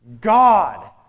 God